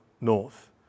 north